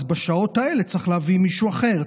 אז בשעות האלה צריך להביא מישהו אחר,